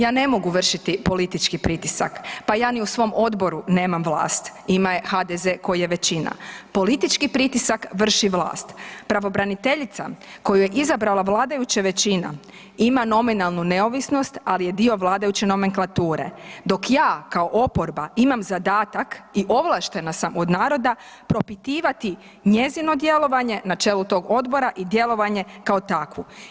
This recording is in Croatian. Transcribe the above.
Ja ne mogu vršiti politički pritisak, pa ja ni u svom Odboru nemam vlast, ima je HDZ koji je većina, politički pritisak vrši vlast, pravobraniteljica koju je izabrala vladajuća većina ima nominalnu neovisnost ali je dio vladajuće nomenklature, dok ja kao oporba imam zadatak i ovlaštena sam od naroda propitivati njezino djelovanje na čelu tog Odbora i djelovanje kao takvu.